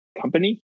company